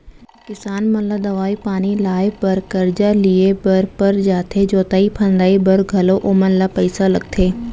किसान मन ला दवई पानी लाए बर करजा लिए बर पर जाथे जोतई फंदई बर घलौ ओमन ल पइसा लगथे